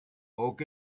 oak